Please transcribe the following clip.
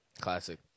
Classic